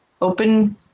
open